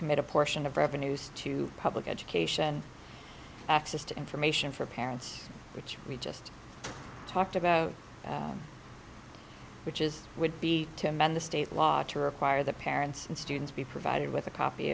commit a portion of revenues to public education access to information for parents which we just talked about which is would be to amend the state law to require that parents and students be provided with a copy